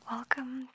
Welcome